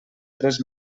tres